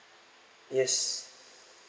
yes